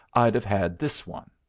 i'd have had this one.